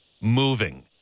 moving